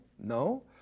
no